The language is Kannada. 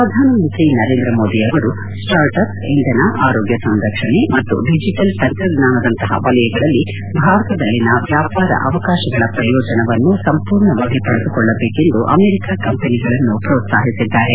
ಪ್ರಧಾನಮಂತ್ರಿ ನರೇಂದ್ರ ಮೋದಿ ಅವರು ಸಾರ್ಟ್ ಅವ್ಸ್ ಇಂಧನ ಆರೋಗ್ಯ ಸಂರಕ್ಷಣೆ ಮತ್ತು ಡಿಜಿಟಲ್ ತಂತ್ರಜ್ಞಾನದಂತಪ ವಲಯಗಳಲ್ಲಿ ಭಾರತದಲ್ಲಿನ ವ್ಯಾಪಾರ ಅವಕಾಶಗಳ ಪ್ರಯೋಜನವನ್ನು ಸಂಪೂರ್ಣವಾಗಿ ಪಡೆದುಕೊಳ್ಳಬೇಕೆಂದು ಅಮೆರಿಕಾ ಕಂಪೆನಿಗಳನ್ನು ಪ್ರೋತ್ಸಾಹಿಸಿದ್ಲಾರೆ